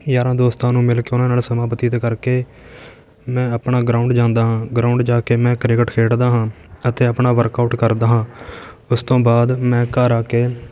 ਯਾਰਾਂ ਦੋਸਤਾਂ ਨੂੰ ਮਿਲ ਕੇ ਉਹਨਾਂ ਨਾਲ਼ ਸਮਾਂ ਬਤੀਤ ਕਰਕੇ ਮੈਂ ਆਪਣਾ ਗਰਾਊਂਡ ਜਾਂਦਾ ਹਾਂ ਗਰਾਊਂਡ ਜਾ ਕੇ ਮੈਂ ਕ੍ਰਿਕਟ ਖੇਡਦਾ ਹਾਂ ਅਤੇ ਆਪਣਾ ਵਰਕਆਊਟ ਕਰਦਾ ਹਾਂ ਉਸ ਤੋਂ ਬਾਅਦ ਮੈਂ ਘਰ ਆ ਕੇ